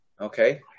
Okay